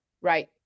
Right